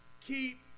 keep